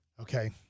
Okay